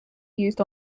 used